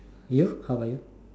you how about you